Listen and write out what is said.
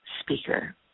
speaker